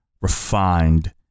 refined